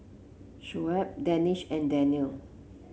Shoaib Danish and Daniel